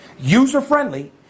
user-friendly